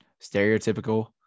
stereotypical